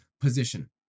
position